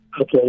Okay